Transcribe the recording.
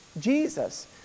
Jesus